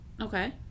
Okay